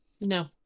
no